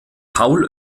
paul